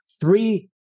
three